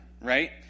right